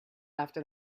after